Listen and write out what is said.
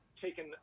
taken